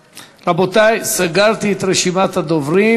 רבותי, סגרתי את רשימת הדוברים.